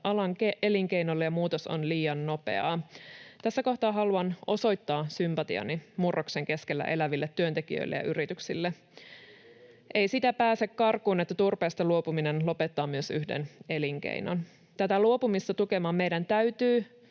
alan elinkeinolle ja muutos on liian nopeaa. Tässä kohtaa haluan osoittaa sympatiani murroksen keskellä eläville työntekijöille ja yrityksille. Ei sitä pääse karkuun, että turpeesta luopuminen lopettaa myös yhden elinkeinon. Tätä luopumista tukemaan meidän täytyy